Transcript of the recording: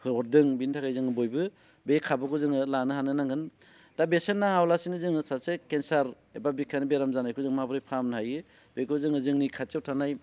हरदों बिनि थाखाय जोङो बयबो बे खाबुखौ जोङो लानो हानो नांगोन दा बेसेन नाङाब्लासिनो जोङो सासे केन्सार एबा बिखानि बेराम जानायखौ जों माबोरै फाहामनो हायो बेखौ जोङो जोंनि खाथियाव थानाय